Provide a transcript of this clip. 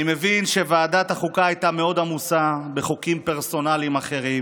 אני מבין שוועדת החוקה הייתה מאוד עמוסה בחוקים פרסונליים אחרים,